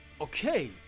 Okay